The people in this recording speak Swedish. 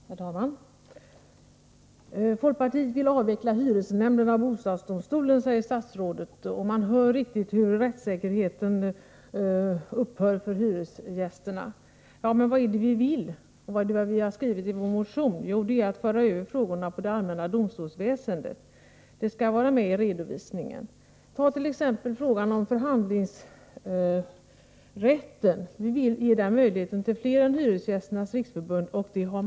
Herr talman! Folkpartiet vill avveckla hyresnämnderna och bostadsdomstolen, säger statsrådet. Man riktigt hör hur rättssäkerheten upphör för hyresgästerna. Men vad är det vi vill? Vad har vi skrivit i vår motion? Jo, vi vill föra över frågorna till det allmänna domstolsväsendet. Det skall finnas med i redovisningen. Ta t.ex. frågan om förhandlingsrätt. Vi vill ge fler än Hyresgästernas riksförbund möjlighet att förhandla.